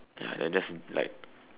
ya that that's like